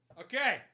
Okay